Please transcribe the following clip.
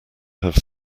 have